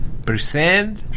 Percent